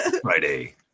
Friday